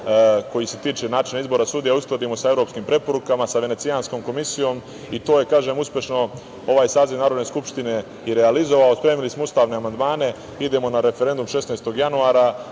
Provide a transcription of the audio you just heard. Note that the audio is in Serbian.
koji se tiče načina izbora sudija, uskladimo sa evropskim preporukama, sa Venecijanskom komisijom, i to je uspešno ovaj saziv Narodne skupštine i realizovao. Spremili smo ustavne amandmane. Idemo na referendum 16. januara,